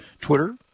Twitter